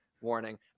warning